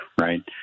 right